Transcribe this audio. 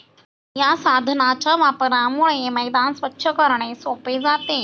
या साधनाच्या वापरामुळे मैदान स्वच्छ करणे सोपे जाते